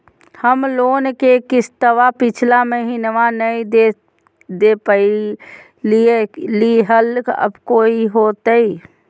हम लोन के किस्तवा पिछला महिनवा नई दे दे पई लिए लिए हल, अब की होतई?